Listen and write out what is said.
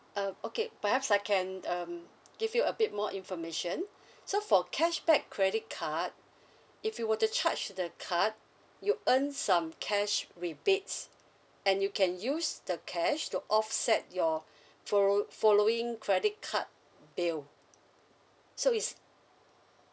uh okay perhaps I can um give you a bit more information so for cashback credit card if you were to charge the card you earn some cash rebates and you can use the cash to offset your follo~ following credit card bill so it's